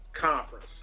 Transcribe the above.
Conference